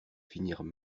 finirent